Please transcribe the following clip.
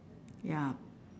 ya